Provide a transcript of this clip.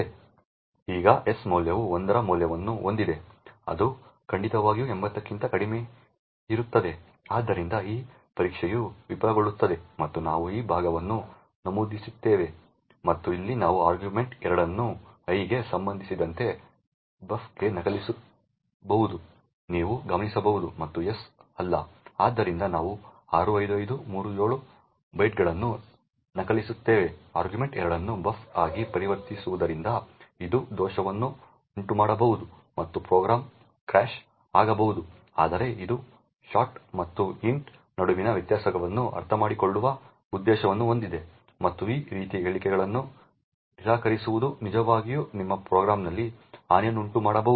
ಈಗ s ಮೌಲ್ಯವು 1 ರ ಮೌಲ್ಯವನ್ನು ಹೊಂದಿದೆ ಅದು ಖಂಡಿತವಾಗಿಯೂ 80 ಕ್ಕಿಂತ ಕಡಿಮೆಯಿರುತ್ತದೆ ಆದ್ದರಿಂದ ಈ ಪರೀಕ್ಷೆಯು ವಿಫಲಗೊಳ್ಳುತ್ತದೆ ಮತ್ತು ನಾವು ಈ ಭಾಗವನ್ನು ನಮೂದಿಸುತ್ತೇವೆ ಮತ್ತು ಇಲ್ಲಿ ನಾವು argv2 ಅನ್ನು i ಗೆ ಸಂಬಂಧಿಸಿದಂತೆ ಬಫ್ಗೆ ನಕಲಿಸುತ್ತಿರುವುದನ್ನು ನೀವು ಗಮನಿಸಬಹುದು ಮತ್ತು s ಅಲ್ಲ ಆದ್ದರಿಂದ ನಾವು 65537 ಬೈಟ್ಗಳನ್ನು ನಕಲಿಸುತ್ತೇವೆ argv2 ಅನ್ನು buf ಆಗಿ ಪರಿವರ್ತಿಸುವುದರಿಂದ ಇದು ದೋಷವನ್ನು ಉಂಟುಮಾಡಬಹುದು ಮತ್ತು ಪ್ರೋಗ್ರಾಂ ಕ್ರ್ಯಾಶ್ ಆಗಬಹುದು ಆದರೆ ಇದು ಶಾಟ್ ಮತ್ತು ಇಂಟ್ ನಡುವಿನ ವ್ಯತ್ಯಾಸವನ್ನು ಅರ್ಥಮಾಡಿಕೊಳ್ಳುವ ಉದ್ದೇಶವನ್ನು ಹೊಂದಿದೆ ಮತ್ತು ಈ ರೀತಿಯ ಹೇಳಿಕೆಗಳನ್ನು ನಿರಾಕರಿಸುವುದು ನಿಜವಾಗಿ ನಿಮ್ಮ ಪ್ರೋಗ್ರಾಂನಲ್ಲಿ ಹಾನಿಯನ್ನುಂಟುಮಾಡುತ್ತದೆ